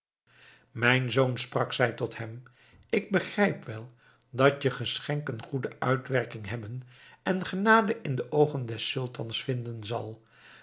mijn zoon sprak zij tot hem ik begrijp wel dat je geschenk een goede uitwerking hebben en genade in de oogen des sultans vinden zal